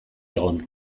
egon